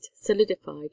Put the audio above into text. solidified